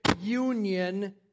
union